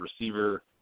receiver